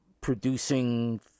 producing